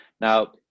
Now